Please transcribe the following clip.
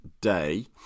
day